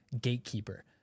gatekeeper